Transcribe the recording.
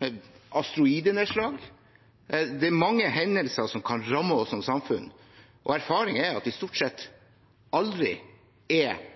eller for et asteroidenedslag. Mange hendelser kan ramme oss som samfunn, og erfaringen er at vi stort sett aldri er